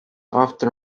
often